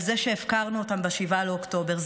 על זה שהפקרנו אותם ב-7 באוקטובר.